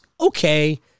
okay